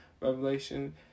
Revelation